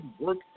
work